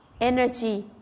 energy